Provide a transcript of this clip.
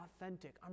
authentic